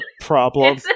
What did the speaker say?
problem